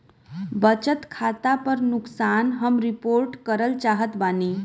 बचत खाता पर नुकसान हम रिपोर्ट करल चाहत बाटी